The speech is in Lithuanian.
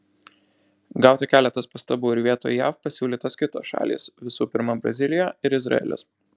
gauta keletas pastabų ir vietoj jav pasiūlytos kitos šalys visų pirma brazilija ir izraelis